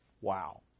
Wow